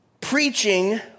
preaching